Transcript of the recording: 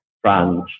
France